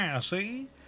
See